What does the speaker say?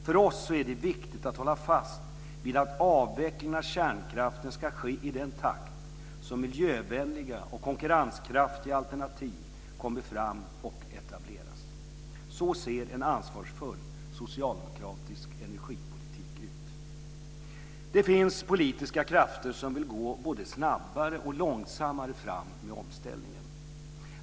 För oss är det viktigt att hålla fast vid att avvecklingen av kärnkraften ska ske i den takt som miljövänliga och konkurrenskraftiga alternativ kommer fram och etableras. Så ser en ansvarsfull socialdemokratisk energipolitik ut. Det finns politiska krafter som vill gå både snabbare och långsammare fram med omställningen.